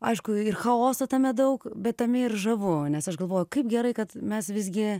aišku ir chaoso tame daug bet tame ir žavu nes aš galvoju kaip gerai kad mes visgi